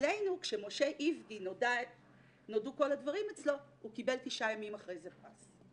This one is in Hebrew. אצלנו כשנודעו כל הדברים אצל משה אבגי הוא קיבל תשעה ימים אחרי זה פרס.